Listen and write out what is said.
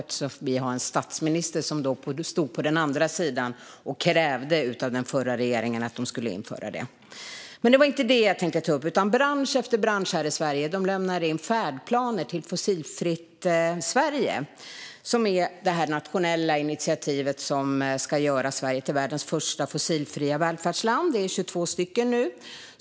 Vi har nämligen en statsminister som tidigare har stått på andra sidan och krävt av den förra regeringen att den skulle införa det här. Men det var inte detta jag tänkte ta upp i min replik. Bransch efter bransch i vårt land lämnar in färdplaner till Fossilfritt Sverige, som är ett nationellt initiativ som ska göra Sverige till världens första fossilfria välfärdsland. Det handlar om 22 stycken nu.